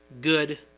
good